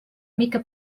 mica